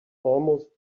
almost